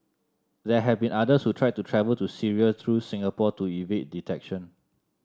there have been others who tried to travel to Syria through Singapore to evade detection